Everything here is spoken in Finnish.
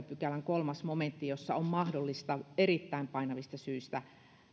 pykälän kolmas momentti jossa on mahdollista erittäin painavista syistä